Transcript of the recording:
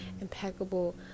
Impeccable